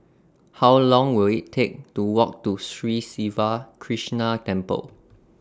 How Long Will IT Take to Walk to Sri Siva Krishna Temple